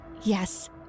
Yes